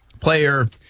player